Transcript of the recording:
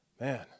man